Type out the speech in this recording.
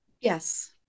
Yes